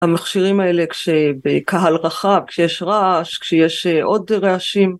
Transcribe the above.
המכשירים האלה כש-בקהל רחב, כשיש רעש, כשיש א-עוד רעשים,